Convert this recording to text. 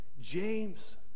james